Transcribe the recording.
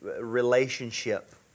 relationship